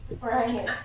Right